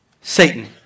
Satan